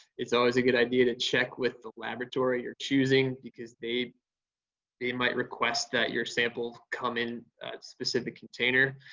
it's always a good idea to check with the laboratory you're choosing, because they they might request that your samples come in a specific container.